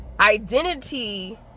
identity